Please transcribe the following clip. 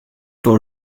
pour